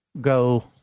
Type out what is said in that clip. go